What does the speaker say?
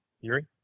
Yuri